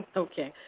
okay.